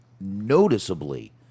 noticeably